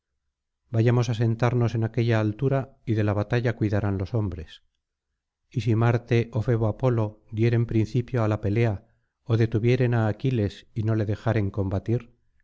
vayamos á sentarnos en aquella altura y de la batalla cuidarán los hombres y si marte ó febo apolo dieren principio á la pelea ó detuvieren á aquiles y no le dejaren combatir